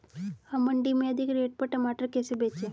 हम मंडी में अधिक रेट पर टमाटर कैसे बेचें?